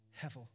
Hevel